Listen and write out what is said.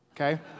okay